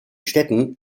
städten